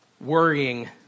worrying